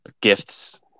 gifts